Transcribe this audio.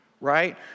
right